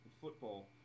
football